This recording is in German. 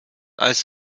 als